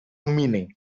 meaning